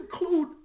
include